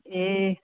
ए